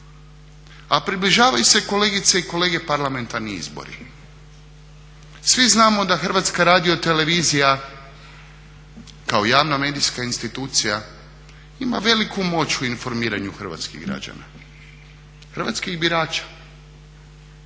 A približavaju se kolegice i kolege parlamentarni izbori, svi znamo da HRT kao javna medijska institucija ima veliku moć u informiranju hrvatskih građana, hrvatskih birača.